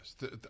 Yes